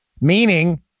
Meaning